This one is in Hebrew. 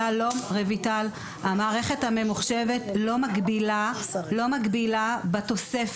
המערכת הממוחשבת לא מגבילה בתוספת הזאת.